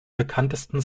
bekanntesten